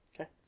Okay